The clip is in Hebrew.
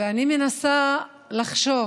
ואני מנסה לחשוב